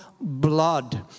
blood